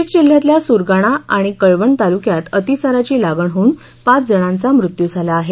नाशिक जिल्ह्यातल्या सुरगाणा आणि कळवण तालुक्यात अतिसाराची लागण होऊन पाच जणांचा मृत्यु झाला आहे